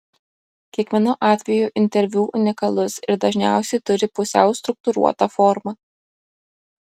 kiekvienu atveju interviu unikalus ir dažniausiai turi pusiau struktūruotą formą